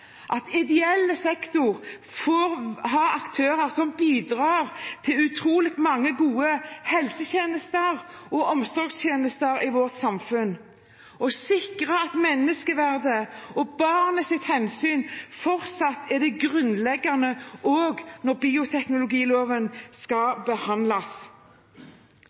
at ideell sektor får ha aktører som bidrar til utrolig mange gode helse- og omsorgstjenester i vårt samfunn, og å sikre at menneskeverdet og hensyn til barn fortsatt er det grunnleggende også når bioteknologiloven skal behandles.